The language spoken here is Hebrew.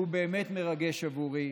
שהוא באמת מרגש עבורי,